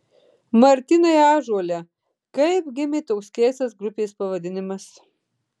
martynai ąžuole kaip gimė toks keistas grupės pavadinimas